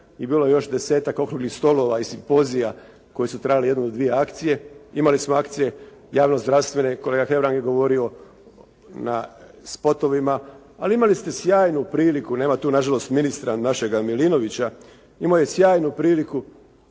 i bilo je još 10-tak okruglih stolova i simpozija koji su trajali jednu do dvije akcije. Imali smo akcije javno zdravstvene. Kolega Hebrang je govorio na spotovima ali imali ste sjajnu priliku. Nema tu nažalost ministra našega Milinovića, imao je sjajnu priliku